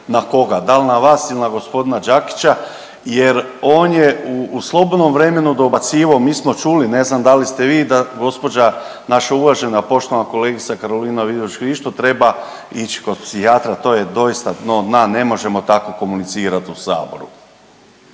na koga da li na vas ili na gospodina Đakića jer on je u slobodnom vremenu dobacivao, mi smo čuli, ne znam da li ste vi da gospođa naša uvažena poštovana kolegica Karolina Vidović Krišto treba ići kod psihijatra. To je doista dno dna, ne možemo tako komunicirati u saboru.